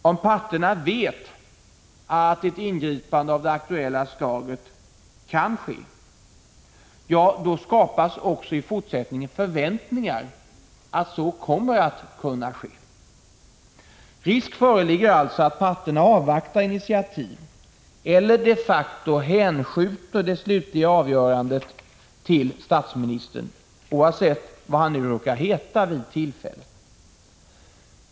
Om parterna vet att ett ingripande av det aktuella slaget kan ske, skapas förväntningar om att så i fortsättningen också kommer att ske. Risk föreligger alltså att parterna avvaktar initiativ Prot. 1985/86:146 eller de facto hänskjuter det slutliga avgörandet till statsministern, oavsett 21 maj 1986 vad han nu råkar heta vid det tillfället.